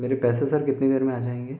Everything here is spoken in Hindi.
मेरे पैसे सर कितनी देर में आ जाएंगे